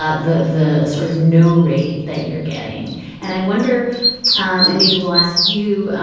ah the the sort of no rate that you're getting and i wonder um and maybe we'll ask you,